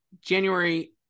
January